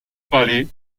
palais